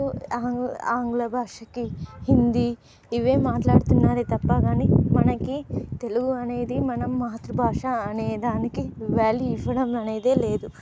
ఆంగ్ ఆంగ్ల భాషకి హిందీ ఇవే మాట్లాడుతున్నారే తప్ప కానీ మనకి తెలుగు అనేది మనం మాతృభాష అనే దానికి వ్యాల్యూ ఇవ్వడం అనేదే లేదు